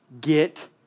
get